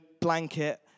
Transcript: blanket